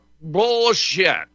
bullshit